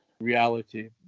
reality